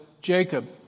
Jacob